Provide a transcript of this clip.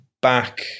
back